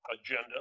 agenda